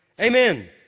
Amen